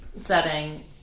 setting